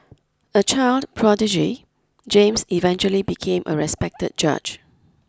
a child prodigy James eventually became a respected judge